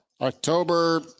October